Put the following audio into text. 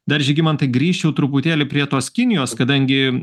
dar žygimantai grįščiau truputėlį prie tos kinijos kadangi